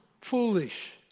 foolish